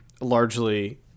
Largely